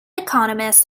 economists